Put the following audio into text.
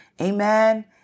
Amen